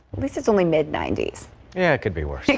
this is only mid ninety s. yeah it could be we're